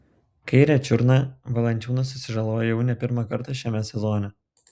kairę čiurną valančiūnas susižalojo jau ne pirmą kartą šiame sezone